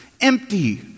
Empty